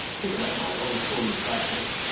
cricket old boy, always cool in the crisis.